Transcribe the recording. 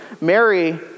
Mary